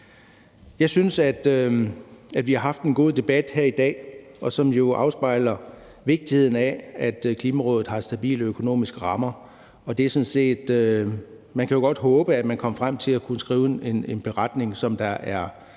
Jeg synes, vi har haft en god debat her i dag, som jo afspejler vigtigheden af, at Klimarådet har stabile økonomiske rammer. Man kan jo godt håbe, at man kommer frem til at kunne skrive en beretning, som der er